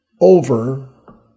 over